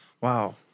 wow